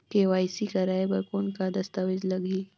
KYC कराय बर कौन का दस्तावेज लगही?